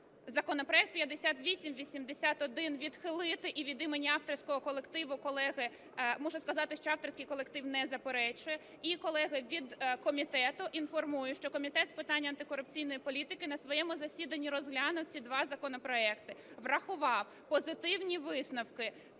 законопроект 5881 відхилити. І від імені авторського колективу, колеги, мушу сказати, що авторський колектив не заперечує. І, колеги, від комітету інформую, що Комітет з питань антикорупційної політики на своєму засіданні розглянув ці два законопроекти. Врахував позитивні висновки